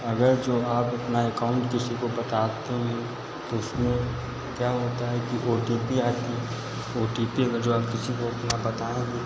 अगर जो आप अपना एकाउन्ट किसी को बताते हैं तो उसमें क्या होता है कि ओ टी पी आती ओ टी पी अगर जो आप किसी को अपना बताएँगे